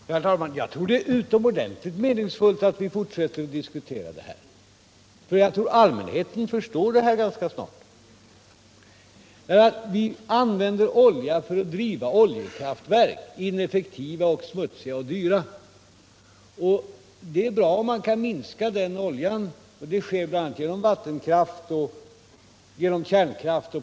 Herr talman! Jag tror att det är utomordentligt meningsfullt att statsministern och jag fortfarande diskuterar detta spörsmål. Jag tror att allmänheten förstår det här ganska snart. Vi använder olja för att driva oljekraftverk — ineffektiva, smutsiga och dyra. Det är bra om man kan minska den oljeförbrukningen. Det sker bl.a. med hjälp av vattenkraft och genom kärnkraft.